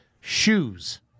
shoes